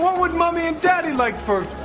would mommy and daddy like for.